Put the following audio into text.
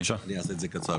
תודה.